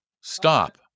Stop